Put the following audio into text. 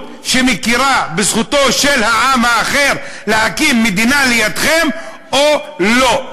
שמכירה בזכותו של העם האחר להקים מדינה לידכם או לא?